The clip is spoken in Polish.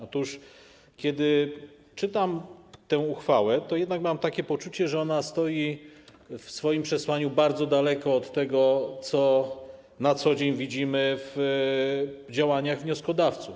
Otóż kiedy czytam tę uchwałę, to mam takie poczucie, że ona stoi w swoim przesłaniu bardzo daleko od tego, co na co dzień widzimy w działaniach wnioskodawców.